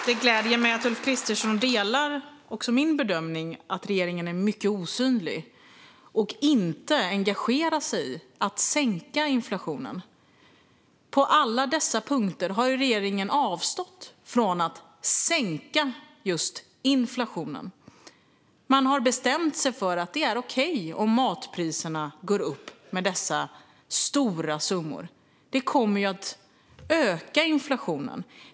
Herr talman! Det gläder mig att Ulf Kristersson delar också min bedömning att regeringen är mycket osynlig och inte engagerar sig i att sänka inflationen. På alla dessa punkter har regeringen avstått från att sänka just inflationen. Man har bestämt sig för att det är okej om matpriserna går upp med dessa stora summor. Det kommer att öka inflationen.